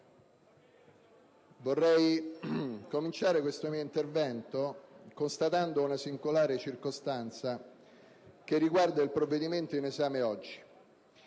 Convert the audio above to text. vorrei cominciare questo mio intervento constatando una singolare circostanza che riguarda il provvedimento in esame oggi.